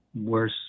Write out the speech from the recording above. Worse